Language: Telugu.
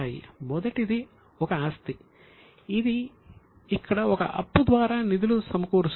మొదటిది ఆస్తి